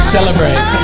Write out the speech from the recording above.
Celebrate